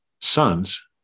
sons